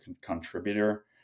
contributor